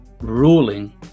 ruling